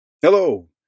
Hello